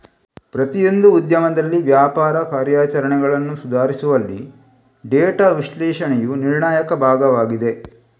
ಪ್ರತಿಯೊಂದು ಉದ್ಯಮದಲ್ಲಿ ವ್ಯಾಪಾರ ಕಾರ್ಯಾಚರಣೆಗಳನ್ನು ಸುಧಾರಿಸುವಲ್ಲಿ ಡೇಟಾ ವಿಶ್ಲೇಷಣೆಯು ನಿರ್ಣಾಯಕ ಭಾಗವಾಗಿದೆ